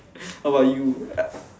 about you